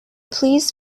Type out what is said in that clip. please